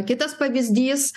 kitas pavyzdys